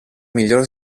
miglior